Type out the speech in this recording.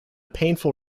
painful